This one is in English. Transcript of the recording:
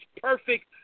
perfect